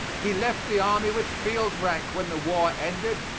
he left the army with field rank when the war ended,